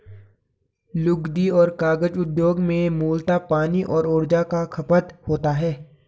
लुगदी और कागज उद्योग में मूलतः पानी और ऊर्जा का खपत होता है